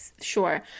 Sure